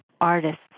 artists